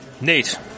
Nate